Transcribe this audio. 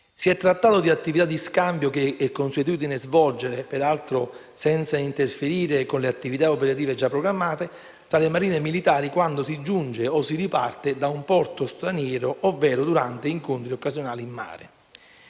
Si è trattato di attività di scambio che è consuetudine svolgere - peraltro senza interferire con le attività operative già programmate - tra le marine militari, quando si giunge o si riparte da un porto straniero ovvero durante incontri occasionali in mare.